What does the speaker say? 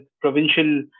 provincial